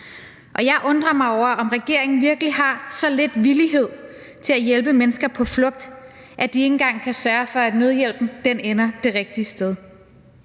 og jeg undrer mig over, om regeringen virkelig har så lidt villighed til at hjælpe mennesker på flugt, at de ikke engang kan sørge for, at nødhjælpen ender det rigtige sted.